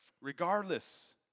Regardless